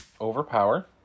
overpower